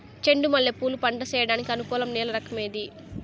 చెండు మల్లె పూలు పంట సేయడానికి అనుకూలం నేల రకం ఏది